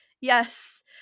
yes